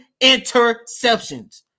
interceptions